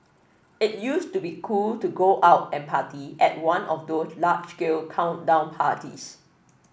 it used to be cool to go out and party at one of those large scale countdown parties